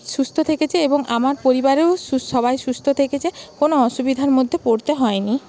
সুস্থ থেকেছে এবং আমার পরিবারেও সবাই সুস্থ থেকেছে কোনও অসুবিধার মধ্যে পড়তে হয়নি